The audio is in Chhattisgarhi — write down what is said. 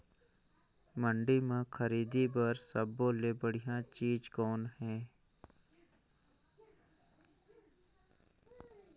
मंडी म खरीदे बर सब्बो ले बढ़िया चीज़ कौन हे?